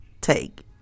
take